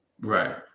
Right